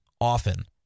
often